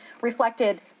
reflected